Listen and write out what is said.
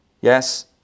Yes